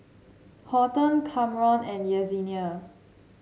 Horton Kamron and Yesenia